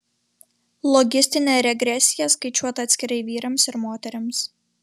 logistinė regresija skaičiuota atskirai vyrams ir moterims